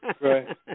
Right